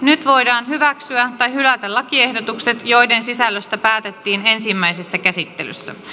nyt voidaan hyväksyä tai hylätä lakiehdotukset joiden sisällöstä päätettiin ensimmäisessä käsittelyssä